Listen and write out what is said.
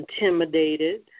intimidated